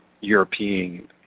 European